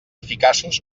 eficaços